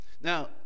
Now